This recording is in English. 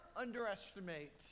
underestimate